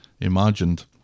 imagined